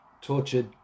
tortured